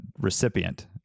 recipient